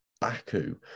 Baku